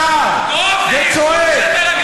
זו חבורה של